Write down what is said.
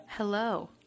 Hello